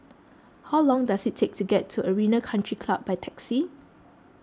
how long does it take to get to Arena Country Club by taxi